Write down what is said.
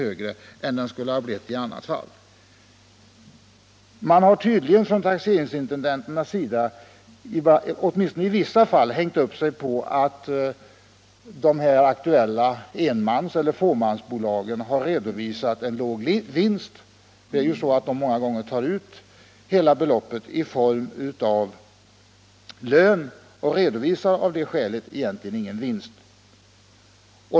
högre än den skulle blivit i annat fall. Man har tydligen från taxeringsintendenternas sida, åtminstone i vissa fall, hängt upp sig på att de här aktuella enmanseller fåmansbolagen har redovisat en låg vinst. De tar många gånger ut hela beloppet i form av lön och redovisar av det skälet egentligen ingen vinst.